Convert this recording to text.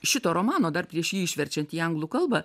šito romano dar prieš jį išverčiant į anglų kalbą